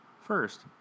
First